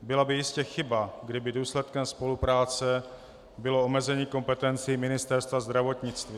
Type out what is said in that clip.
Byla by jistě chyba, kdyby důsledkem spolupráce bylo omezení kompetencí Ministerstva zdravotnictví.